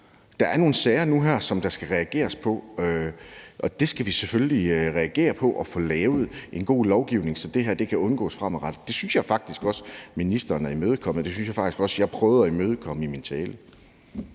Der er nogle sager nu her, som der skal reageres på, og det skal vi selvfølgelig reagere på, og vi skal få lavet en god lovgivning, så det her kan undgås fremadrettet. Det synes jeg faktisk også ministeren er imødekommende over for. Det synes jeg faktisk også at jeg prøvede at imødekomme i min tale.